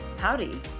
Howdy